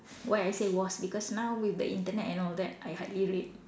why I say was because now with the Internet and all that I hardly read